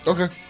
Okay